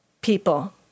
people